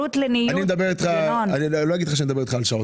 מהי ההתקשרות הבאה?